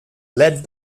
led